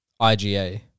IGA